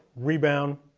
rebound,